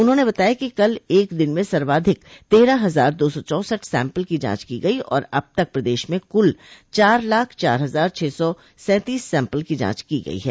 उन्होंने बताया कि कल एक दिन में सर्वाधिक तेरह हजार दो सौ चौंसठ सैम्पल की जांच की गई और अब तक प्रदेश में कुल चार लाख चार हजार छह सौ सैंतीस सैम्पल की जांच की गई है